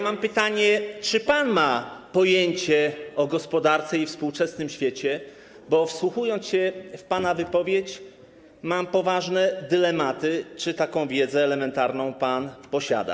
Mam pytanie, czy pan ma pojęcie o gospodarce i współczesnym świecie, bo wsłuchując się w pana wypowiedź, mam poważne dylematy, czy taką elementarną wiedzę pan posiada.